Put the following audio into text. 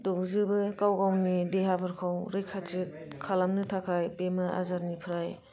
दौजोबो गाव गावनि देहाफोरखौ रैखाथि खालामनो थाखाय बेमार आजारनिफ्राय